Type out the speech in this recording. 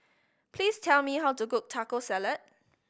please tell me how to cook Taco Salad